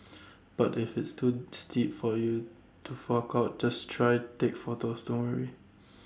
but if that's too steep for you to fork out just try take photos don't worry